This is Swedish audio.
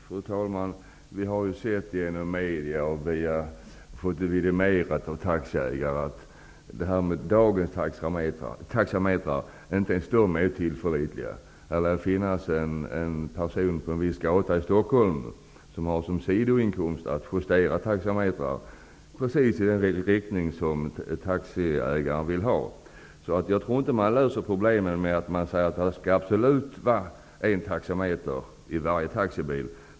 Fru talman! Vi har ju sett i medierna, och fått det vidimerat av taxiägare, att inte ens dagens taxametrar är tillförlitliga. Det lär finnas en person på en viss gata i Stockholm som har sidoinkomster av att justera taxametrar precis i den riktning som taxiägaren önskar. Jag tror inte att man löser problemen genom att säga att det absolut skall vara en taxameter i varje taxibil.